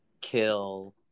kill